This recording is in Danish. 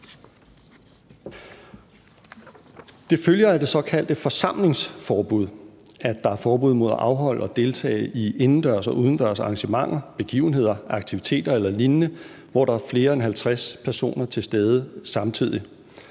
Det følger af det såkaldte forsamlingsforbud, at der er forbud mod at deltage i indendørs og udendørs arrangementer, begivenheder, aktiviteter eller lignende, hvor der er flere 50 personer til stede samtidig.